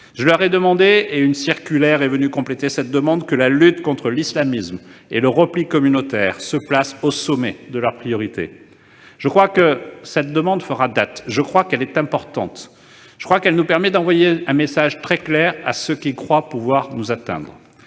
Je leur ai demandé, une circulaire venant compléter cette demande, que la lutte contre l'islamisme et le repli communautaire se place au sommet de leurs priorités. Je crois que cette demande fera date. Je crois qu'elle est d'importance. Elle nous permet d'envoyer un message très clair à ceux qui croient pouvoir nous atteindre.